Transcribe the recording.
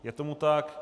Je tomu tak.